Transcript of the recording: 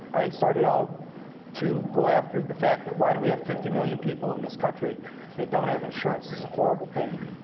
i started out to go after the fact that why do we have fifty million people in this country that don't have insurance. it's a horrible thing.